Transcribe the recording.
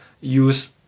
use